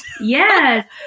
Yes